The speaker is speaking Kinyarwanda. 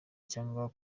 cyangwa